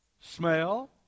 smell